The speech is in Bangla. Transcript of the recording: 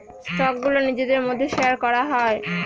স্টকগুলো নিজেদের মধ্যে শেয়ার করা হয়